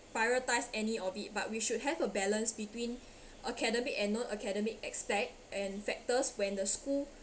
prioritise any of it but we should have a balance between academic and non academic aspect and factors when the school